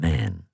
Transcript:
Man